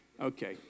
Okay